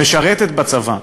שמשרתת בצבא,